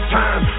time